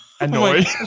annoyed